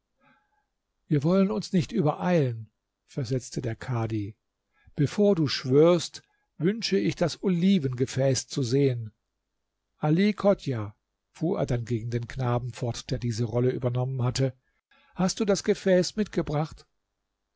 wir wollen uns nicht übereilen versetzte der kadhi bevor du schwörst wünsche ich das olivengefäß zu sehen ali chodjah fuhr er dann gegen den knaben fort der diese rolle übernommen hatte hast du das gefäß mitgebracht